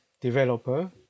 developer